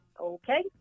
Okay